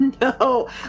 No